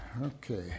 Okay